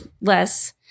less